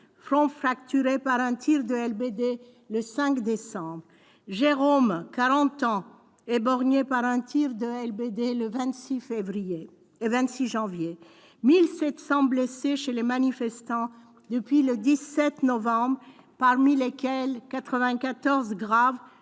front fracturé par un tir de LBD le 5 décembre ; Jérôme, quarante ans, éborgné par un tir de LBD le 26 janvier. On compte 1 700 blessés chez les manifestants depuis le 17 novembre, parmi lesquels 94 blessés